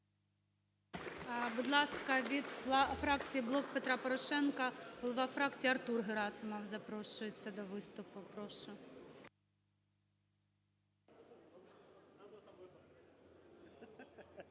Будь ласка, від фракції "Блок Петра Порошенка" голова фракції Артур Герасимов запрошується до виступу. Прошу.